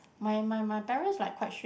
my my my parents like quite strict